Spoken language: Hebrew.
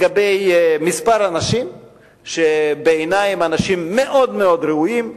לגבי כמה אנשים שבעיני הם אנשים מאוד מאוד ראויים,